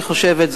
אני חושבת,